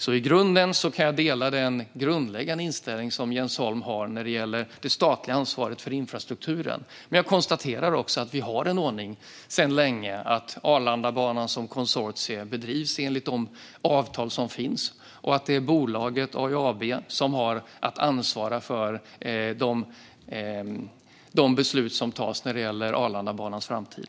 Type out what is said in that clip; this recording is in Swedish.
I grunden kan jag dela den inställning som Jens Holm har när det gäller det statliga ansvaret för infrastrukturen. Men jag konstaterar också att vi sedan länge har ordningen att Arlandabanan som konsortium bedrivs enligt de avtal som finns och att det är bolaget AIAB som har att ansvara för de beslut som tas när det gäller Arlandabanans framtid.